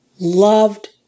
loved